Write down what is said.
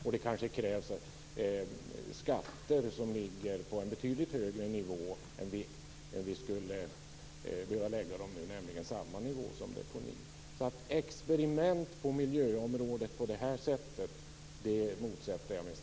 Det krävs kanske skatter som ligger på en betydligt högre nivå än de skulle göra i dag då de skulle hamna på samma nivå som deponi. Jag motsätter mig starkt experiment på miljöområdet på det här sättet.